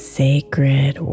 sacred